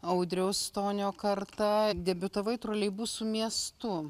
audriaus stonio karta debiutavai troleibusų miestu